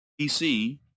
PC